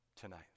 tonight